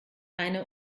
eine